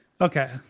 Okay